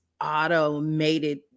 automated